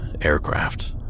aircraft